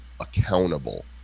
accountable